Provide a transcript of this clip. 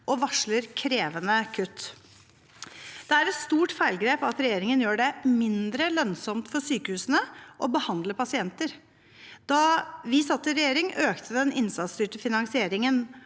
og varsler krevende kutt. Det er et stort feilgrep at regjeringen gjør det mindre lønnsomt for sykehusene å behandle pasienter. Da vi satt i regjering, økte den innsatsstyrte finansieringen,